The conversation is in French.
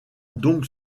donc